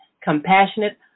compassionate